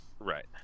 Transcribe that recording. right